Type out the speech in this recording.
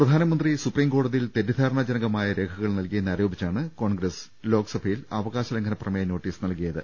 പ്രധാനമന്ത്രി സുപ്രീം കോടതിയിൽ തെറ്റിദ്ധാരണാജനകമായ രേഖകൾ നൽകിയെന്നാരോപിച്ചാണ് കോൺഗ്രസ് ലോക്സഭയിൽ അവകാശ ലംഘന പ്രമേയ നോട്ടീസ് നൽകിയത്